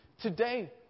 Today